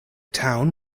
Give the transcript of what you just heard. town